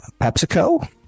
pepsico